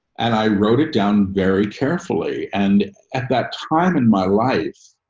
and i wrote it down very carefully. and at that time in my life,